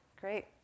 Great